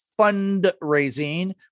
fundraising